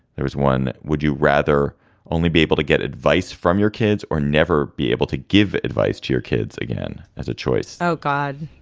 there was one. would you rather only be able to get advice from your kids or never be able to give advice to your kids again as a choice? oh, god,